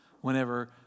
Whenever